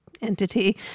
entity